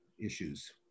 issues